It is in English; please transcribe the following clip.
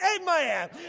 Amen